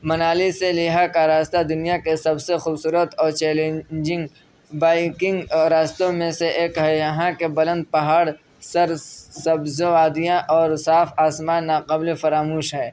منالی سے لیہہ کا راستہ دنیا کے سب سے خوبصورت اور چیلنجنگ بائیکنگ راستوں میں سے ایک ہے یہاں کے بلند پہاڑ سرسبز وادیاں اور صاف آسمان ناقابلِ فراموش ہے